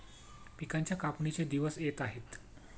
पिकांच्या कापणीचे दिवस येत आहेत